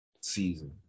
season